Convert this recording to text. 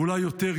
ואולי יותר,